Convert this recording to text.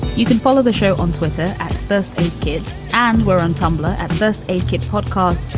you can follow the show on twitter at those kids. and we're on tumblr at first aid kit podcast,